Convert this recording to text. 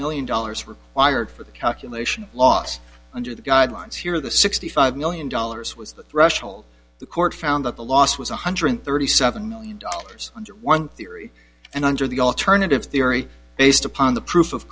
million dollars required for the calculation lost under the guidelines here the sixty five million dollars was the threshold the court found that the loss was one hundred thirty seven million dollars under one theory and under the alternative theory based upon the proof of